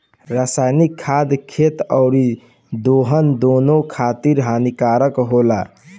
रासायनिक खाद खेत अउरी देह दूनो खातिर हानिकारक होला